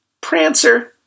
Prancer